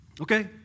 Okay